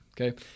Okay